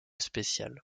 spécial